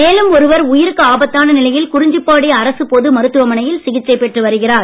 மேலும் ஒருவர் உயிருக்கு ஆபத்தான நிலையில் குறிஞ்சிப்பாடி அரசு பொது மருத்துவமனையில் சிகிச்சை பெற்று வருகிறார்